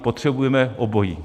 Potřebujeme oboje.